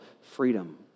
freedom